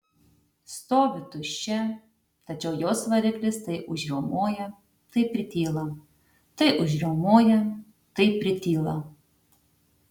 stovi tuščia tačiau jos variklis tai užriaumoja tai prityla tai užriaumoja tai prityla